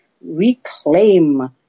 reclaim